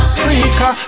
Africa